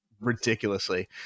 ridiculously